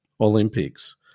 Olympics